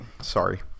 Sorry